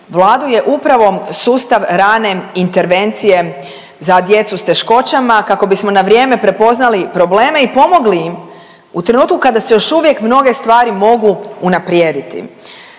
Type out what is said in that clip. Vladu je upravo sustav rane intervencije za djecu s teškoćama kako bismo na vrijeme prepoznali i pomogli im u trenutku kada se još uvijek mnoge stvari mogu unaprijediti.